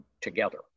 together